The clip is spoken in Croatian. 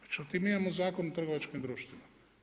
Međutim, mi imamo Zakon o trgovačkim društvima.